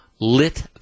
lit